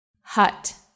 Hut